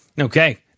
Okay